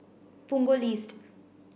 Punggol East